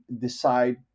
decide